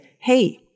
Hey